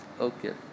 Okay